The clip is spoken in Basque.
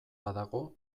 badago